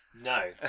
No